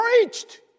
preached